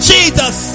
Jesus